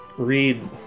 read